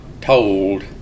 told